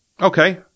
Okay